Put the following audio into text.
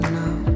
now